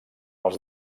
els